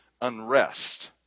unrest